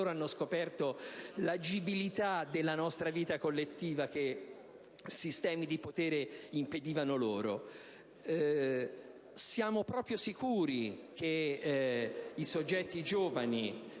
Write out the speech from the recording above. Siamo propri sicuri che i soggetti giovani,